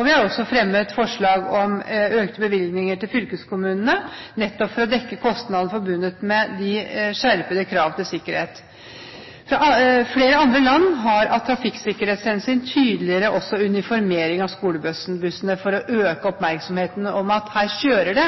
Vi har også fremmet forslag om økte bevilgninger til fylkeskommunene nettopp for å dekke kostnadene forbundet med skjerpede krav til sikkerhet. Flere andre land har av trafikksikkerhetshensyn også tydeligere uniformering av skolebussene for å øke